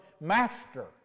Master